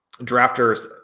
drafters